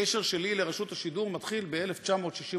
הקשר שלי לרשות השידור מתחיל ב-1968.